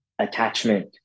attachment